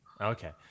Okay